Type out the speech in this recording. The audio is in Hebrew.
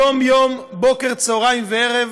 יום-יום, בוקר, צהריים וערב,